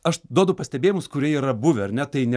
aš duodu pastebėjimus kurie yra buvę ar ne tai ne